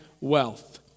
wealth